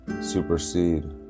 supersede